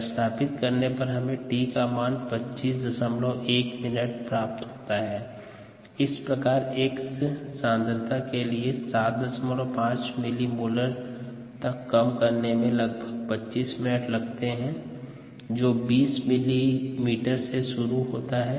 प्रतिस्थापित करने पर 4026 ln207520 75207t t 251 min इस प्रकार X सांद्रता के लिए 75 मिलीमोलर तक कम करने में लगभग 25 मिनट लगते हैं जो 20 मिलीमीटर से शुरू होता है